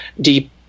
deep